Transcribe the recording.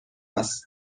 است